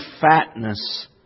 fatness